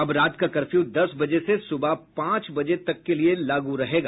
अब रात का कर्फ्यू दस बजे से सुबह पाँच बजे तक के लिए लागू होगा